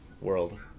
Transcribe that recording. world